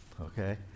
okay